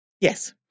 Yes